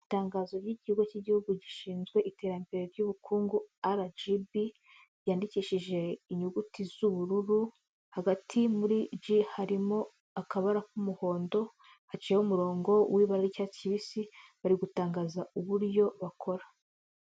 Itangazo ry'Ikigo cy'Igihugu gishinzwe Iterambere ry'Ubukungu RGB, ryandikishije inyuguti z'ubururu hagati muri G harimo akabara k'umuhondo haciyeho umurongo w'ibara ry'icyatsi kibisi bari gutangaza uburyo bakora.